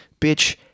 bitch